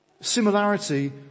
Similarity